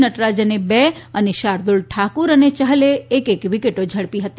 નટરાજને બે અને શાર્દેલ ઠાકુર અને ચહલે એક એક વિકેટો ઝડપી હતી